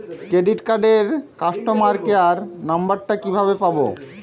Credit কার্ডের customer care number টা কিভাবে পাবো?